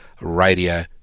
Radio